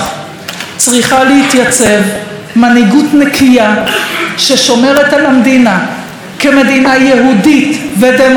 צריכה להתייצב מנהיגות נקייה ששומרת על המדינה כמדינה יהודית ודמוקרטית,